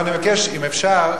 ואני מבקש אם אפשר,